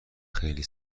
خیلی